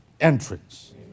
Entrance